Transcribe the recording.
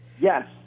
Yes